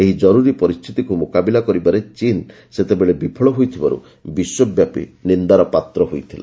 ଏହି ଜରୁରୀ ପରିସ୍ଥିତିକୁ ମୁକାବିଲା କରିବାରେ ଚୀନ ସେତେବେଳେ ବିଫଳ ହୋଇଥିବାରୁ ବିଶ୍ୱବ୍ୟାପି ନିନ୍ଦାର ପାତ୍ର ହୋଇଥିଲା